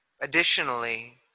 Additionally